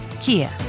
Kia